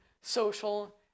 social